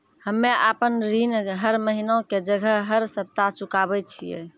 हम्मे आपन ऋण हर महीना के जगह हर सप्ताह चुकाबै छिये